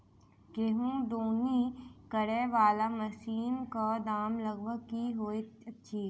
गेंहूँ दौनी करै वला मशीन कऽ दाम लगभग की होइत अछि?